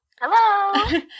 Hello